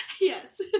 yes